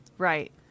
right